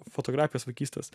fotografijas vaikystės